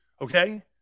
Okay